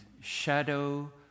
shadow